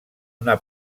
una